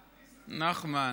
נחמן,